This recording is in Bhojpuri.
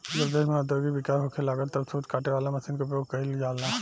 जब देश में औद्योगिक विकास होखे लागल तब सूत काटे वाला मशीन के उपयोग गईल जाला